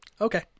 Okay